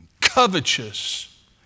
covetous